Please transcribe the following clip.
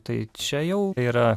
tai čia jau yra